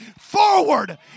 forward